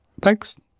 Thanks